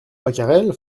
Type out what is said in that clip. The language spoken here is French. pacarel